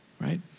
Right